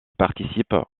participe